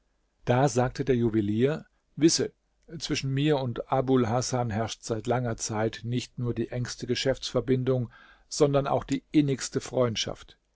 da sagte der juwelier wisse zwischen mir und abul hasan herrscht seit langer zeit nicht nur die engste geschäftsverbindung sondern auch die innigste freundschaft